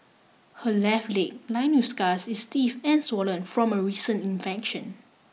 her left leg line with scars is stiff and swollen from a recent infection